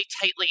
tightly